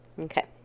Okay